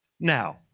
Now